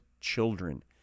children